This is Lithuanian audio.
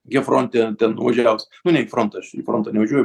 g fronte ten nuvažiavus nu ne į frontą aš į frontą nevažiuoju